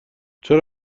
چون